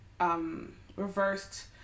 reversed